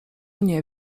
nie